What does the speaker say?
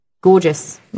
Gorgeous